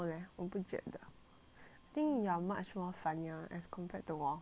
I think you are much more funnier as compared to 我 mm